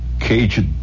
caged